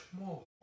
more